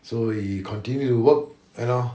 so he continued to work you know